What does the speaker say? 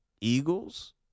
Eagles